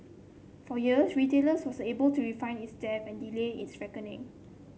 for years retailers was able to refinance its debt and delay is reckoning